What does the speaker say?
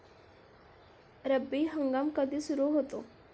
रब्बी हंगाम कधी सुरू होतो?